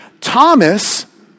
Thomas